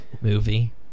movie